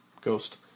Ghost